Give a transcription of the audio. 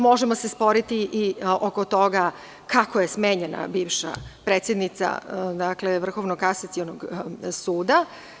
Možemo se sporiti i oko toga kako je smenjena bivša predsednica Vrhovnog kasacionog suda.